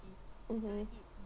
mmhmm